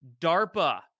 DARPA